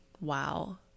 wow